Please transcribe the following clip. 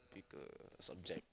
pick a subject